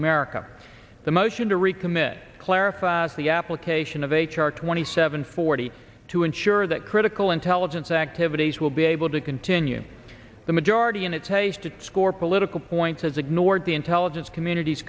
america the motion to recommit clarify the application of h r twenty seven forty to ensure that critical intelligence activities will be able to continue the majority and it tasted to score political points as ignored the intelligence community